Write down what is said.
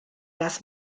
las